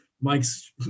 mike's